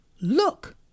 Look